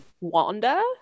Wanda